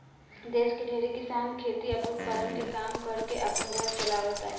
देश के ढेरे किसान खेती आ पशुपालन के काम कर के आपन घर चालाव तारे